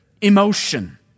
emotion